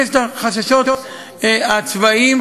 יש החששות הצבאיים,